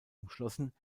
umschlossen